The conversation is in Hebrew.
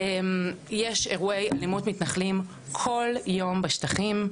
יש אירועי אלימות מתנחלים כל יום בשטחים.